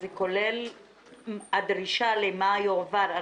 ברגע שזה יגיע, זה כולל הדרישה למה יועבר?